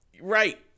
Right